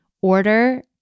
order